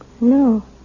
No